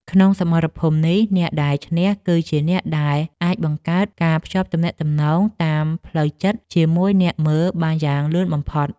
ក្នុងសមរភូមិនេះ អ្នកដែលឈ្នះគឺជាអ្នកដែលអាចបង្កើត ការភ្ជាប់ទំនាក់ទំនងតាមផ្លូវចិត្ត ជាមួយអ្នកមើលបានលឿនបំផុត។